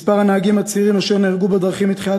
מספר הנהגים הצעירים אשר נהרגו בדרכים מתחילת